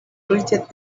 greeted